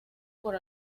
por